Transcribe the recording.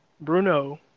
Bruno